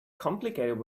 complicated